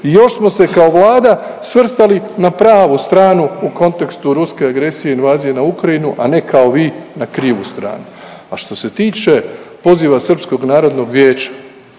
i još smo se kao vlada svrstali na pravu stranu u kontekstu ruske agresije invazije na Ukrajinu, a ne kao vi na krivu stranu. A što se tiče poziva Srpskog narodnog vijeća,